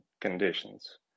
conditions